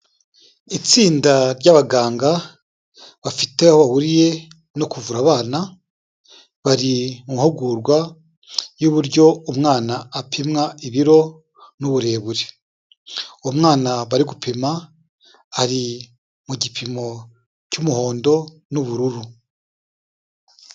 Itsinda ry'abaganga bafite aho bahuriye no kuvura abana, bari mu mahugurwa y'uburyo umwana apimwa ibiro n'uburebure, uwo umwana bari gupima ari mu gipimo cy'umuhondo n'ubururu.